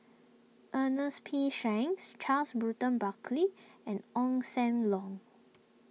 Ernest P Shanks Charles Bruton Buckley and Ong Sam Leong